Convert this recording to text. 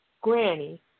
granny